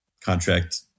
contract